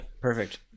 perfect